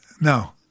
no